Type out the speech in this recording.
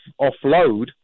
offload